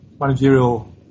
managerial